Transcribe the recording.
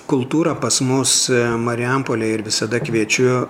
kultūra pas mus marijampolėj ir visada kviečiu